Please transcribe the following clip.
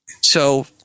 So-